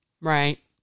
right